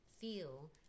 feel